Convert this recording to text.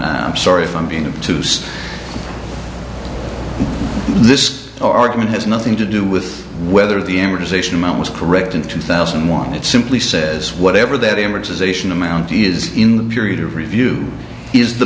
i'm sorry if i'm being too soon this argument has nothing to do with whether the amortization amount was correct in two thousand and one it simply says whatever that amortization amount is in the period of review is the